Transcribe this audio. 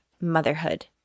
motherhood